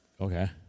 Okay